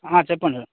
చెప్పండి సార్